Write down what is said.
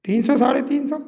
तीन सौ साढ़े तीन सौ